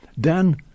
Dan